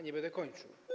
Nie będę kończył.